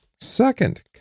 second